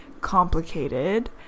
complicated